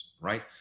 right